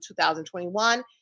2021